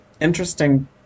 interesting